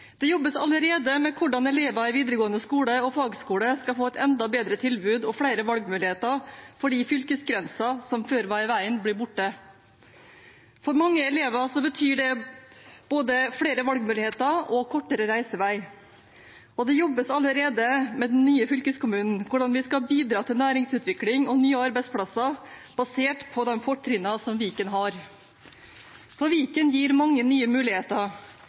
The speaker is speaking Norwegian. Det jobbes allerede med hvordan elever i videregående skole og i fagskole skal få et enda bedre tilbud og flere valgmuligheter, fordi fylkesgrensa, som før var i veien, blir borte. For mange elever betyr det både flere valgmuligheter og kortere reisevei. Det jobbes allerede med hvordan den nye fylkeskommunen kan bidra til næringsutvikling og nye arbeidsplasser, basert på de fortrinnene Viken har. Viken gir mange nye muligheter,